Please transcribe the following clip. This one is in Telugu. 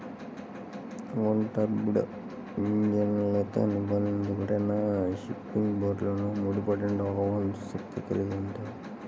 ఔట్బోర్డ్ ఇంజన్లతో నిర్బంధించబడిన ఫిషింగ్ బోట్లలో మూడింట ఒక వంతు శక్తిని కలిగి ఉంటాయి